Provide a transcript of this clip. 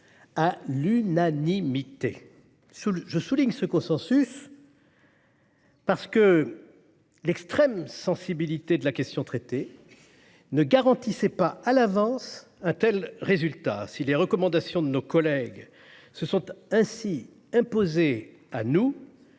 à l'unanimité. Je souligne ce consensus parce que l'extrême sensibilité de la question traitée ne garantissait pas à l'avance un tel résultat. Si les recommandations de nos collègues se sont ainsi imposées à nous,